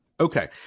Okay